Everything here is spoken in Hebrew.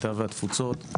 הקליטה והתפוצות.